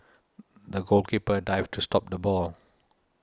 the goalkeeper dived to stop the ball